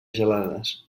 gelades